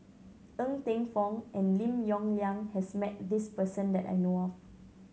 Ng Teng Fong and Lim Yong Liang has met this person that I know of